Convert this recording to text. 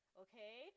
okay